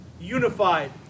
unified